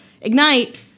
ignite